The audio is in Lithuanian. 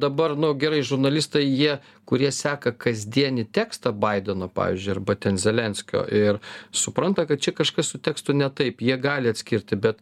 dabar nu gerai žurnalistai jie kurie seka kasdienį tekstą baideno pavyzdžiui arba ten zelenskio ir supranta kad čia kažkas su tekstu ne taip jie gali atskirti bet